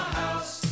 house